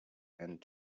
and